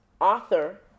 author